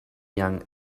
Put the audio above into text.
young